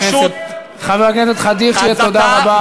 ופשוט, חבר הכנסת חאג' יחיא, תודה רבה.